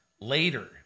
later